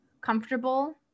comfortable